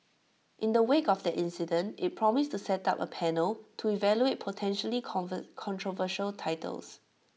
in the wake of that incident IT promised to set up A panel to evaluate potentially controversial titles